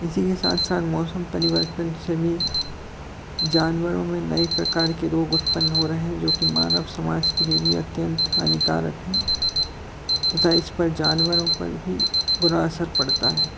इसी के साथ साथ मौसम परिवर्तन से भी जानवरों में नए प्रकार के रोग उत्पन्न हो रहे हैं जो कि मानव समाज के लिए भी अत्यंत हानिकारक हैं तथा इस पर जानवरों पर भी बुरा असर पड़ता है